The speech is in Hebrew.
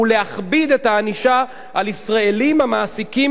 היא להכביד את הענישה על ישראלים המעסיקים